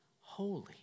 holy